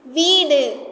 வீடு